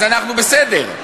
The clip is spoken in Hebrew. אז אנחנו בסדר.